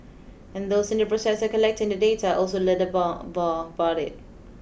and those in the process of collecting the data also learned more more about it